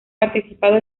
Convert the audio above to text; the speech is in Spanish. participado